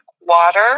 water